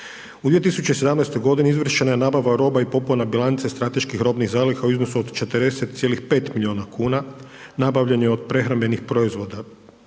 U 2017. godini izvršena je nabava roba i popuna bilance strateških robnih zaliha u iznosu od 40,5 milijuna kuna, nabavljanje od prehrambenih proizvoda,